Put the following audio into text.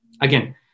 Again